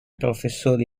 professori